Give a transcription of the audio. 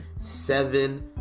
Seven